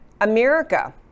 America